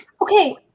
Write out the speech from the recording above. Okay